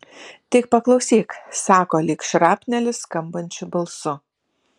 tik paklausyk sako lyg šrapnelis skambančiu balsu